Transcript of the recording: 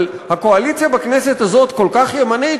אבל הקואליציה בכנסת הזאת כל כך ימנית,